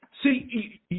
See